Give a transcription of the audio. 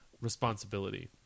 responsibility